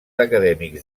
acadèmics